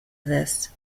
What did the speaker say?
this